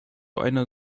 einer